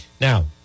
Now